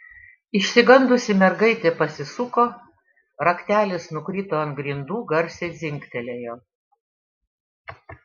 išsigandusi mergaitė pasisuko raktelis nukrito ant grindų garsiai dzingtelėjo